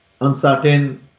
uncertain